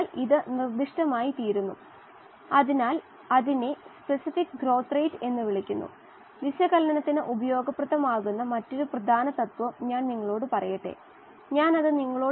ഇത് ദ്രാവകഘട്ടം ആയതിനാൽ അതിന്റെ ഗാഢതയിൽ ഗണ്യമായ കുറവ് ഉണ്ടാകും C കോശം അതിന്റെ മെറ്റാബോളിക് ആവശ്യങ്ങൾക്കായി എടുക്കുന്ന അവസാന ഗാഢതയാണ്